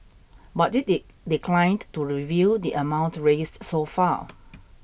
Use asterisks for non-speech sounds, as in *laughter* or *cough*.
but it *unintelligible* declined to reveal the amount raised so far